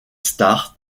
star